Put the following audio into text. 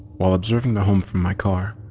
while observing the home from my car,